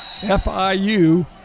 FIU